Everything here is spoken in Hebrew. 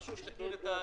חשוב שתכיר את העניין,